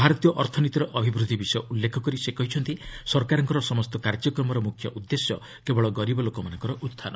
ଭାରତୀୟ ଅର୍ଥନୀତିର ଅଭିବୃଦ୍ଧି ବିଷୟ ଉଲ୍ଲ୍ଖ କରି ସେ କହିଛନ୍ତି ସରକାରଙ୍କର ସମସ୍ତ କାର୍ଯ୍ୟକ୍ରମର ମୃଖ୍ୟ ଉଦ୍ଦେଶ୍ୟ କେବଳ ଗରିବ ଲୋକମାନଙ୍କର ଉତ୍ଥାନ